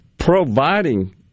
Providing